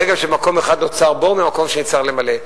ברגע שבמקום אחד נוצר בור, ממקום שני צריך למלא,